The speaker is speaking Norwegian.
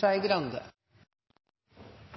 synes det er